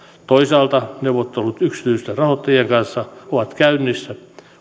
toisaalta neuvottelut yksityisten rahoittajien kanssa ovat käynnissä